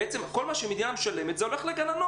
אתה צודק.